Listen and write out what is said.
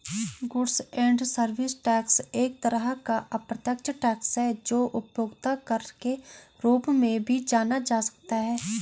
goods and service tax एक तरह का अप्रत्यक्ष टैक्स है जो उपभोक्ता कर के रूप में भी जाना जा सकता है